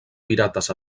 pirates